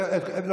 מבריח,